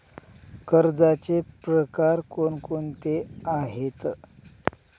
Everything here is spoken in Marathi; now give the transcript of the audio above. कर्जाचे प्रकार कोणकोणते आहेत?